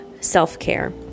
self-care